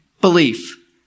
belief